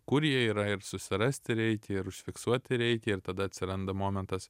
kur jie yra ir susirasti reikia ir užfiksuoti reikia tada atsiranda momentas